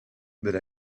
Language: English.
but